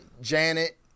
Janet